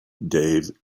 dave